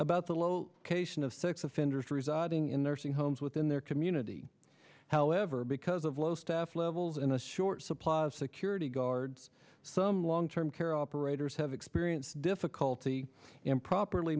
about the location of sex offenders residing in their homes within their community however because of low staff levels in a short supply security guards some long term care operators have experience difficulty improperly